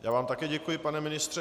Já vám také děkuji, pane ministře.